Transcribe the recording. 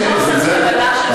ויש חוסר קבלה של האחר.